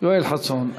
יואל חסון.